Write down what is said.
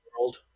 world